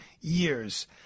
years